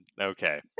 Okay